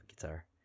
guitar